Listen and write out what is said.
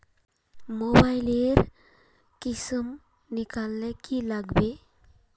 Mobile लेर किसम निकलाले की लागबे?